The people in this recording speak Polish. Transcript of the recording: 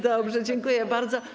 Dobrze, dziękuję bardzo.